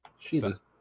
Jesus